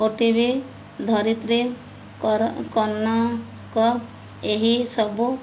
ଓ T V Dharitri Kanak ଏହିସବୁ